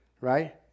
Right